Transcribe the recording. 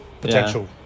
potential